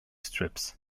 strips